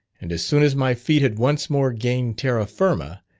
and as soon as my feet had once more gained terra firma,